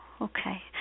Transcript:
Okay